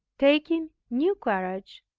taking new courage,